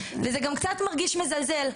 וזה גם קצת מרגיש מזלזל,